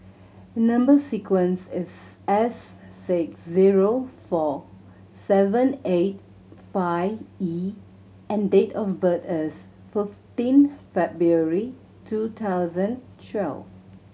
number sequence is S six zero four seven eight five E and date of birth is fifteen February two thousand twelve